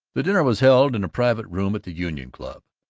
the dinner was held in a private room at the union club.